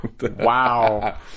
Wow